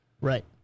right